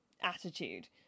attitude